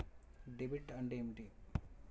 Debit అంటే ఏమిటి?